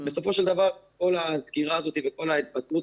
בסופו של דבר כל הסגירה הזאת וכל ההתבצרות